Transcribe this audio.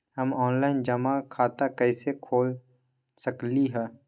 हम ऑनलाइन जमा खाता कईसे खोल सकली ह?